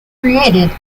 created